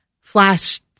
flash